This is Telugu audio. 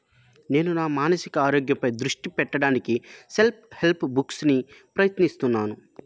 నేను నా మానసిక ఆరోగ్యపై దృష్టి పెట్టడానికి సెల్ప్ హెల్ప్ బుక్స్ని ప్రయత్నిస్తున్నాను